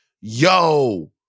yo